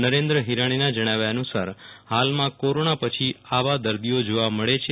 નરેન્દ્ર હિરાણી ના જણાવ્યા અનુસાર હાલમાં કોરોના પછી આવા દર્દીઓ જોવા મળે છે